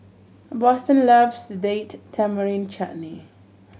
Boston loves Date Tamarind Chutney